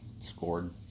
scored